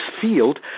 field